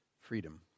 Freedom